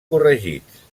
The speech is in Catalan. corregits